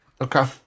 Okay